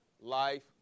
life